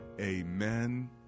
Amen